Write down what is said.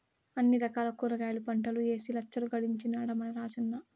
అన్ని రకాల కూరగాయల పంటలూ ఏసి లచ్చలు గడించినాడ మన రాజన్న